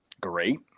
great